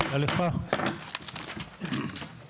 הישיבה ננעלה בשעה 15:21.